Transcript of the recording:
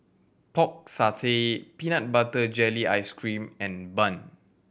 Pork Satay peanut butter jelly ice cream and bun